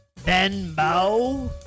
Venmo